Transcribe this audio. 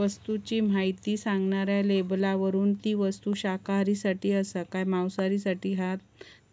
वस्तूची म्हायती सांगणाऱ्या लेबलावरून ती वस्तू शाकाहारींसाठी आसा काय मांसाहारींसाठी